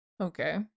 okay